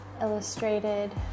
illustrated